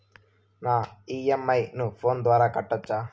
నా ఇ.ఎం.ఐ ను ఫోను ద్వారా కట్టొచ్చా?